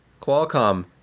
Qualcomm